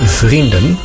vrienden